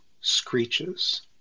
screeches